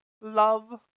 love